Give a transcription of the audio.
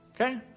okay